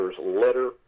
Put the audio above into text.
letter